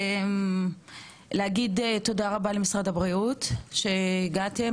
לומר תודה רבה למשרד הבריאות שהגעתם,